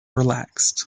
relaxed